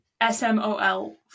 S-M-O-L